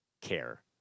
care